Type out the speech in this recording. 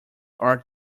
are